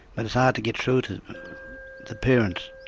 but it's hard to get through to the parents,